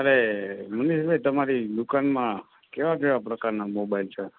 અરે નિમેશભાઈ તમારી દુકાનમાં કેવા કેવા પ્રકારના મોબાઈલ છે